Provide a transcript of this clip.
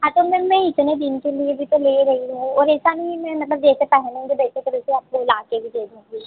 हाँ तो मैम मैं इतने दिन के लिए भी तो ले रही हूँ और ऐसा नहीं है मेरा मतलब जैसे पहनेंगे वैसे तरीक़े आपको लाकर भी दे दूँगी